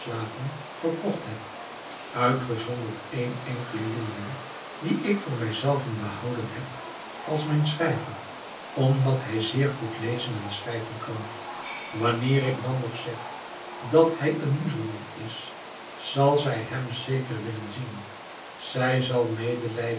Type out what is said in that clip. verkocht heb uitgezonderd een enkelen jongeling dien ik voor mij zelven behouden heb als mijn schrijver omdat hij zeer goed lezen en schrijven kan wanneer ik dan nog zeg dat hij een muzelman is zal zij hem zeker willen zien zij zal medelijden